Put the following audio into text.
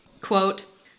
quote